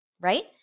right